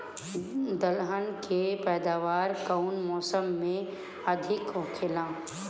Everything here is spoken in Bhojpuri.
दलहन के पैदावार कउन मौसम में अधिक होखेला?